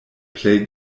plej